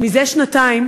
זה שנתיים